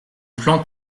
plan